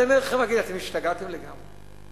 אני אומר: אתם השתגעתם לגמרי,